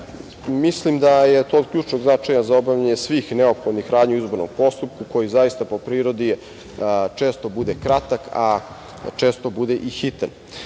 Mislim da je to od ključnog značaja za obavljanje svih neophodnih radnji u izbornom postupku, koji zaista po prirodi često bude kratak, a često bude i hitan. Zarad